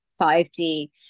5d